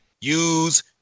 use